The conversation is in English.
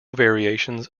variations